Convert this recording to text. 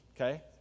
okay